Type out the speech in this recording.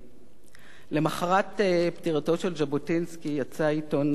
למחרת פטירתו של ז'בוטינסקי יצא עיתון "דבר",